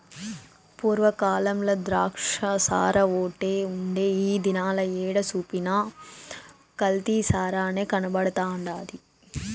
పూర్వ కాలంల ద్రాచ్చసారాఓటే ఉండే ఈ దినాల ఏడ సూసినా కల్తీ సారనే కనబడతండాది